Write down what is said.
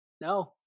No